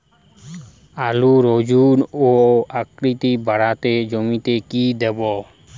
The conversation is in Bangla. আলুর ওজন ও আকৃতি বাড়াতে জমিতে কি দেবো?